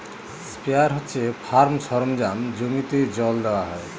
sprayer হচ্ছে farm সরঞ্জাম জমিতে জল দেওয়া হয়